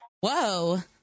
Whoa